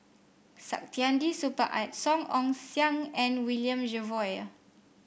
Saktiandi Supaat Song Ong Siang and William Jervois